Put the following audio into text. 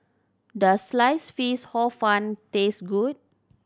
does slice fish Hor Fun taste good